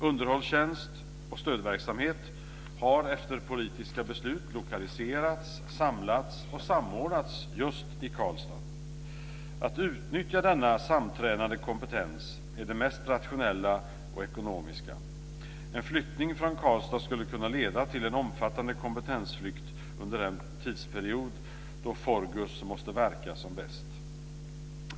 Underhållstjänst och stödverksamhet har efter politiska beslut lokaliserats, samlats och samordnats just i Karlstad. Att utnyttja denna samtränade kompetens är det mest rationella och ekonomiska. En flyttning från Karlstad skulle kunna leda till en omfattande kompetensflykt under den tidsperiod då FORGUS måste verka som bäst.